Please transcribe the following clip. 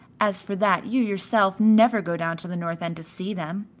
as for that you yourself never go down to the north end to see them.